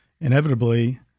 Inevitably